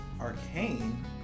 Arcane